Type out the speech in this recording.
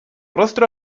rostro